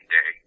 Day